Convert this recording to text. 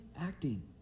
acting